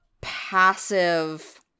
passive